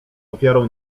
ofiarą